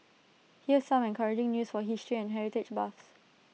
here's some encouraging news for history and heritage buffs